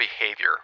behavior